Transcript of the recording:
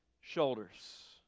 shoulders